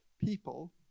people